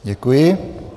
Děkuji.